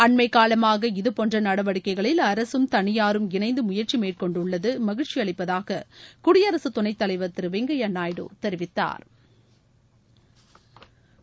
அண்மைக்காலமாக இதுபோன்ற நடவடிக்கைகளில் அரசும் தனியாரும் இணைந்து முயற்சி மேற்கொண்டுள்ளது மகிழ்ச்சி அளிப்பதாக குடியரசு துணைத் தலைவர் திரு வெங்கய்யா நாயுடு தெரிவித்தாா்